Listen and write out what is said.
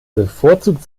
bevorzugt